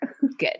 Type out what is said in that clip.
Good